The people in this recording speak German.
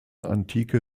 antike